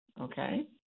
Okay